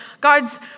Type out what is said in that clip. God's